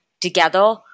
Together